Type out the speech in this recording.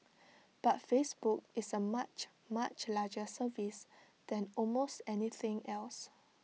but Facebook is A much much larger service than almost anything else